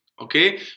Okay